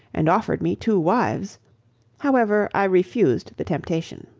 and offered me two wives however i refused the temptation.